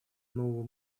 нового